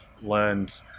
learned